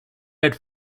red